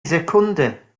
sekunde